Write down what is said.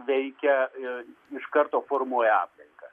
veikia e iš karto formuoja aplinką